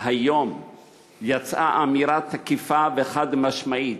היום יצאה אמירה תקיפה וחד-משמעית: